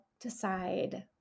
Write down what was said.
decide